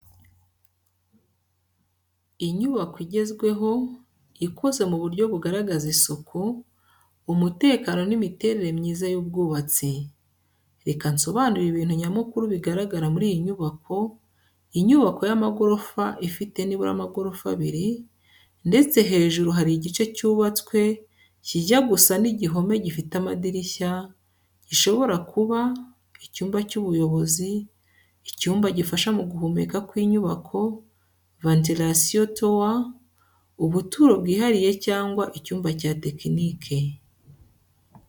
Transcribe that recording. Inyubako igezweho , ikoze mu buryo bugaragaza isuku, umutekano n’imiterere myiza y’ubwubatsi. reka nsobanure ibintu nyamukuru bigaragara muri iyi nyubako inyubako y’amagorofa ifite nibura amagorofa abiri, ndetse hejuru hari igice cyubatswe kijya gusa n’igihome gifite amadirishya, gishobora kuba: Icyumba cy’ubuyobozi Icyumba gifasha mu guhumeka kw’inyubako (ventilation tower) Ubuturo bwihariye cyangwa icyumba cya tekinike